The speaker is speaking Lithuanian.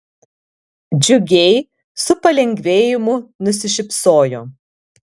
džiugiai su palengvėjimu nusišypsojo